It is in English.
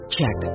Check